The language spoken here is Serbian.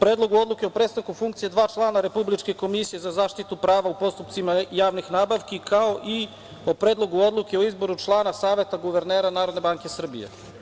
Predlogu odluke o prestanku funkcije dva člana Republičke komisije za zaštitu prava u postupcima javnih nabavki, kao i o Predlogu odluke o izboru člana Saveta guvernera Narodne banke Srbije.